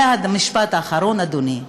ומשפט אחרון, אדוני,